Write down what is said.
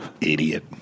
idiot